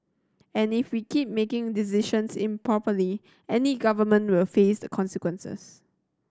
and if we keep making decisions improperly any government will face the consequences